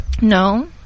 No